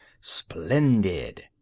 Splendid